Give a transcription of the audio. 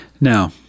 Now